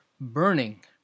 burning